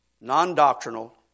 non-doctrinal